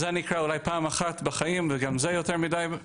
זה אני אקרא אולי פעם אחת בחיים וגם זה יותר מדיי.